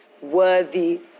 worthy